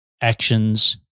actions